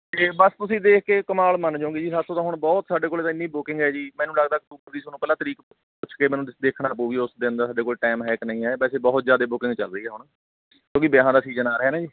ਅਤੇ ਬਸ ਤੁਸੀਂ ਦੇਖ ਕੇ ਕਮਾਲ ਮੰਨ ਜਾਓਗੇ ਜੀ ਸਾਡੇ ਤੋਂ ਤਾਂ ਹੁਣ ਬਹੁਤ ਸਾਡੇ ਕੋਲ ਇੰਨੀ ਬੁਕਿੰਗ ਹੈ ਜੀ ਮੈਨੂੰ ਲੱਗਦਾ ਅਕਤੂਬਰ ਦੀ ਤੁਹਾਨੂੰ ਪਹਿਲਾਂ ਤਾਰੀਕ ਪੁੱਛ ਕੇ ਮੈਨੂੰ ਦੇਖਣਾ ਪਊ ਵੀ ਉਸ ਦਿਨ ਦਾ ਸਾਡੇ ਕੋਲ ਟਾਈਮ ਹੈ ਕਿ ਨਹੀਂ ਹੈ ਵੈਸੇ ਬਹੁਤ ਜ਼ਿਆਦਾ ਬੁਕਿੰਗ ਚੱਲ ਰਹੀ ਆ ਹੁਣ ਕਿਉਂਕਿ ਵਿਆਹਾਂ ਦਾ ਸੀਜਨ ਆ ਰਿਹਾ ਨਾ ਜੀ